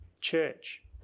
church